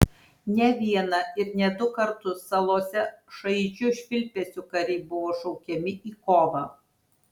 ne vieną ir ne du kartus salose šaižiu švilpesiu kariai buvo šaukiami į kovą